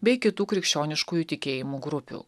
bei kitų krikščioniškųjų tikėjimų grupių